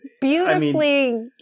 beautifully